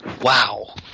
Wow